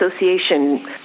association